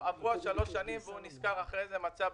עברו שלוש שנים והוא נזכר אחר כך.